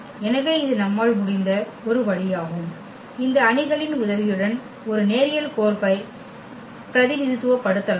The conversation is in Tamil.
எனவே இது நம்மால் முடிந்த ஒரு வழியாகும் இந்த அணிகளின் உதவியுடன் ஒரு நேரியல் கோர்ப்பை பிரதிநிதித்துவப்படுத்தலாம்